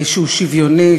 שהוא שוויוני,